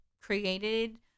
created